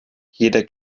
jeder